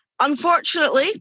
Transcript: unfortunately